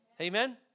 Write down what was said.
Amen